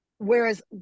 Whereas